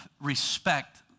respect